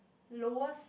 lowest